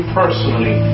personally